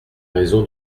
raison